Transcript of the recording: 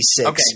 Okay